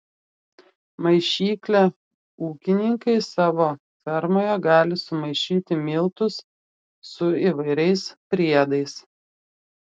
maišykle ūkininkai savo fermoje gali sumaišyti miltus su įvairiais priedais